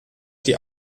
die